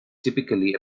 typically